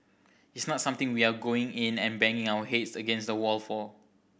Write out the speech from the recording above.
it's not something we are going in and banging our heads against a wall for